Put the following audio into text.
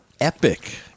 epic